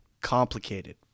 Complicated